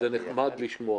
נחמד לשמוע.